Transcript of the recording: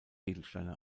edelsteine